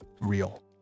real